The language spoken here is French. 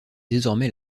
désormais